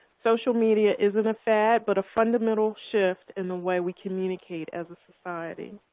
social media isn't a fad, but a fundamental shift in the way we communicate as a society.